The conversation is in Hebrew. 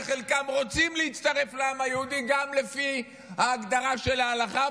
שחלקם רוצים להצטרף לעם היהודי גם לפי ההגדרה של ההלכה,